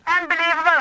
Unbelievable